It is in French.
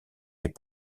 les